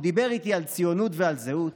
הוא דיבר איתי על ציונות ועל זהות,